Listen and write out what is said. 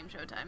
Showtime